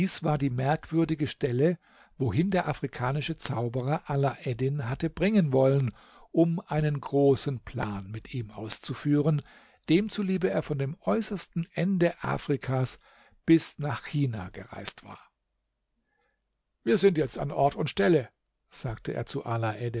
war die merkwürdige stelle wohin der afrikanische zauberer alaeddin hatte bringen wollen um einen großen plan mit ihm auszuführen dem zuliebe er von dem äußersten ende afrikas bis nach china gereist war wir sind jetzt an ort und stelle sagte er zu